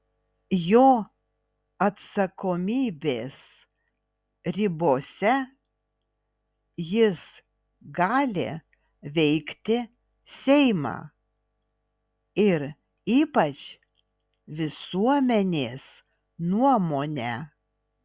jo atsakomybės ribose jis gali veikti seimą ir ypač visuomenės nuomonę